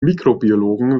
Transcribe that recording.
mikrobiologen